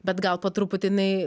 bet gal po truputį jinai